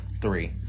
Three